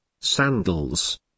sandals